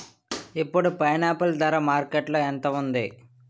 ఇప్పుడు పైనాపిల్ ధర మార్కెట్లో ఎంత ఉంది?